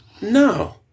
No